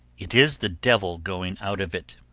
it is the devil going out of it.